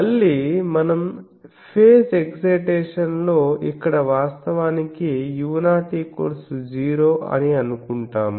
మళ్ళీ మనం పేజ్ ఎక్సైటేషన్లో ఇక్కడ వాస్తవానికి u00 అని అనుకుంటాము